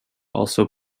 also